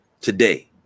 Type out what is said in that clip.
today